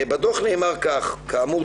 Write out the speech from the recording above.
בדוח נאמר כך כאמור,